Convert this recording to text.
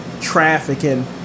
trafficking